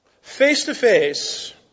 face-to-face